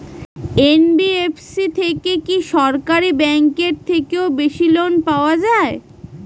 NBFC থেকে কি সরকারি ব্যাংক এর থেকেও বেশি লোন পাওয়া যায়?